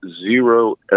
zero